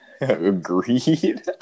Agreed